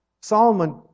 Solomon